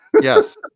Yes